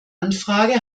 anfrage